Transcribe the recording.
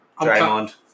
Draymond